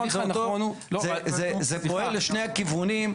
ההליך הנכון הוא, זה פועל לשני הכיוונים.